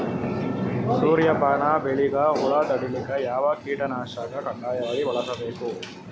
ಸೂರ್ಯಪಾನ ಬೆಳಿಗ ಹುಳ ತಡಿಲಿಕ ಯಾವ ಕೀಟನಾಶಕ ಕಡ್ಡಾಯವಾಗಿ ಬಳಸಬೇಕು?